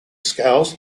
scales